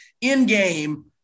in-game